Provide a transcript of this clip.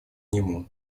нему